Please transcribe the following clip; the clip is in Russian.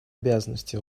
обязанности